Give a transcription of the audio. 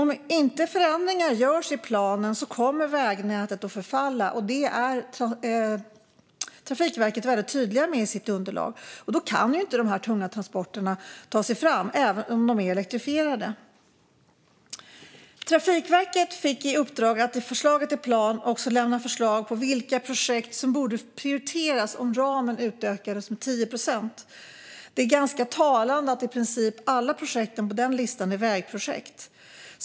Om inte förändringar görs i planen kommer vägnätet att förfalla. Detta är Trafikverket väldigt tydliga med i sitt underlag. Då kan de tunga transporterna inte ta sig fram, även om de är elektrifierade. Trafikverket fick i uppdrag att i förslaget till plan också lämna förslag på vilka projekt som borde prioriteras om ramen utökas med 10 procent. Det är ganska talande att i princip alla projekt på listan är vägprojekt.